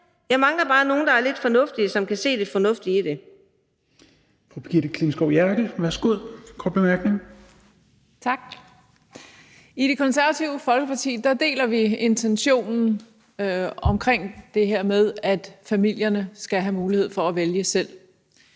Jeg mangler bare nogle, der er lidt fornuftige, som kan se det fornuftige i det.